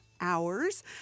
hours